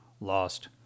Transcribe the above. lost